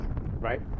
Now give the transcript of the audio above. Right